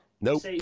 Nope